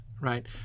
right